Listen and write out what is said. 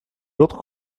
l’autre